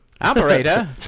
operator